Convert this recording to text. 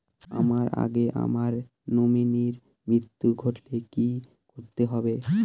আমার আগে আমার নমিনীর মৃত্যু ঘটলে কি করতে হবে?